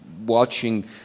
watching